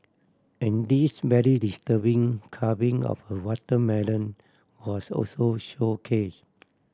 and this very disturbing carving of a watermelon was also showcase